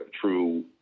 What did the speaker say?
true